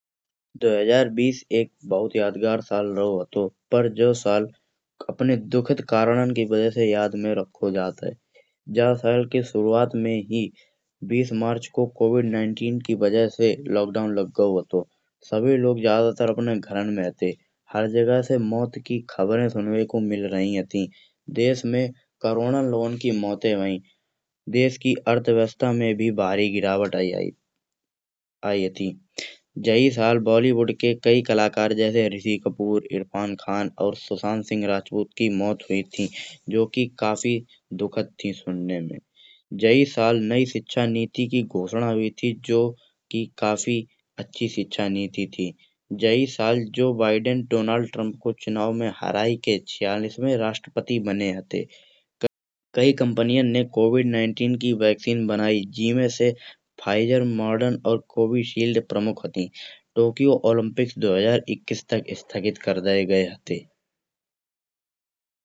दो हजार बीस एक बहुत यादगार साल रहो हातो पर जे साल अपने दुखत करणन की वजह से याद में रखो जात है। जा साल की शुरुआत में ही बीस मार्च को ही कोविड नाइन्टीन की वजह से लॉकडाउन लग गओ हातो। सभौ लोग जादा तरन अपने घर में रहते हर जगह से मौत की खबरें सुनवे को मिल रही हाति। देश में करोड़न लोगन की मौतें भई देश की अर्थव्यवस्था में भी भारी गिरावट आई हाति। जेही साल बॉलीवुड के कई कलाकार जैसे ऋषि कपूर, इरफान खान और सुशांत सिंह राजपूत की मौत हुई थी। जो की काफी दुखद थी सुनने में जेही साल नई शिक्षा नीति की घोषणा भी थी जो की काफी अच्छी शिक्षा नीति थी। जेही साल जो बिडेन डोनाल्ड ट्रंप को चुनाव में हरायके छियालिसवे राष्ट्रपति बने हते। कई कंपनियन ने कोविड नाइन्टीन की वैक्सीन बनाई जे में से फिज़ेर, मॉडर्न और कोवीशील्ड प्रमुख हाति। टोक्यो ओलंपिक्स दो हजार इक्कीस तक स्थगित कर गये हते।